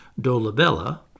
Dolabella